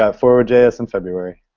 ah forward js and february.